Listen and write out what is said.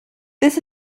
this